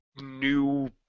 new